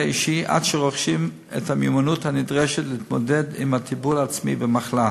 אישי עד שהם רוכשים את המיומנות הנדרשת להתמודד עם הטיפול העצמי במחלה.